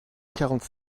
quarante